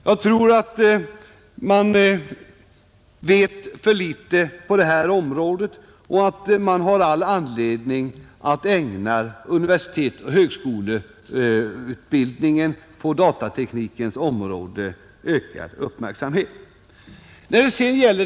Jag tror att man vet för litet om detta och att man har all anledning att ägna universitetsoch högskoleutbildningen på datateknikens område ökad uppmärksamhet.